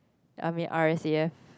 I mean R_A_C_F